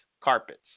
carpets